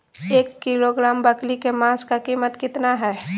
एक किलोग्राम बकरी के मांस का कीमत कितना है?